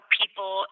people